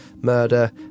murder